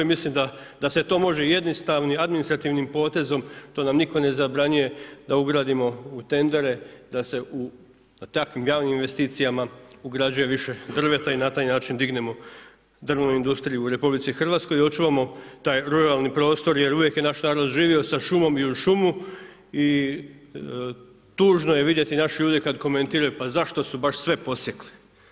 Mislim da se to može jednostavnim administrativnim potezom, to nam niko ne zabranjuje da ugradimo u tendere da se u takvim javnim investicijama ugrađuje više drveta i na taj način dignemo drvnu industriju u RH i očuvamo taj ruralni prostor jer uvijek naš narod živo sa šumom i uz šumu i tužno je vidjeti naše ljude kada komentiraju pa zašto su baš sve posjekli.